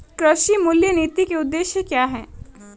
कृषि मूल्य नीति के उद्देश्य क्या है?